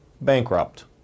bankrupt